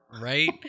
right